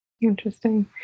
Interesting